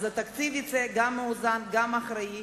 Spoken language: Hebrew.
התקציב יהיה גם מאוזן וגם אחראי.